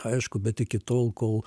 aišku bet iki tol kol